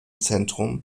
zentrum